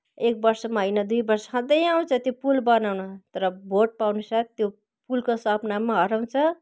एक वर्षमा होइन दुई वर्ष सधैँ आउँछ त्यो पुल बनाउन तर भोट पाउनेसाथ त्यो पुलको सपना पनि हराउँछ